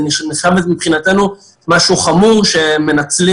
זה נחשב מבחינתנו למשהו חמור שמנצלים